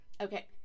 Okay